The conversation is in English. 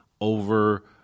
over